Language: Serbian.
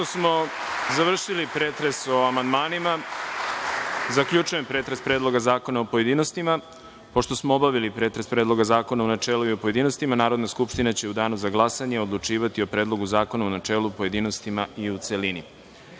Pošto smo završili pretres o amandmanima, zaključujem pretres Predloga zakona u pojedinostima. Pošto smo obavili pretres Predloga zakona u načelu i u pojedinostima, Narodna skupština će u Danu za glasanje odlučivati o Predlogu zakona u načelu, pojedinostima i u